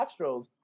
Astros